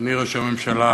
אדוני ראש הממשלה,